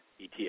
ETF